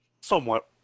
somewhat